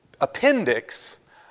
appendix